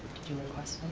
did you request